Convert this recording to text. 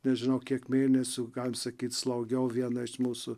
nežinau kiek mėnesių galim sakyt slaugiau vieną iš mūsų